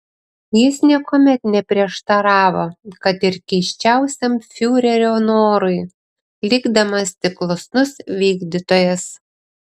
jis niekuomet neprieštaravo kad ir keisčiausiam fiurerio norui likdamas tik klusnus vykdytojas